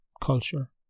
culture